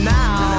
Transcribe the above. now